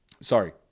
Sorry